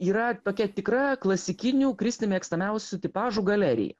yra tokia tikra klasikinių kristi mėgstamiausių tipažų galerija